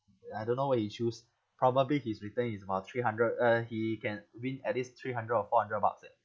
I don't know what he choose probably his return is about three hundred uh he can win at least three hundred or four hundred bucks eh